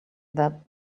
that